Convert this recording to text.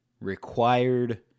required